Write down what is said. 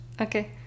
okay